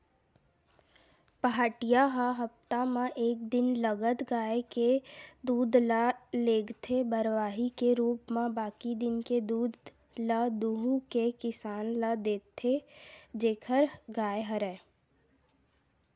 पहाटिया ह हप्ता म एक दिन लगत गाय के दूद ल लेगथे बरवाही के रुप म बाकी दिन के दूद ल दुहू के किसान ल देथे जेखर गाय हरय